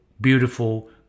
beautiful